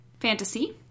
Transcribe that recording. Fantasy